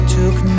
took